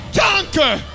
conquer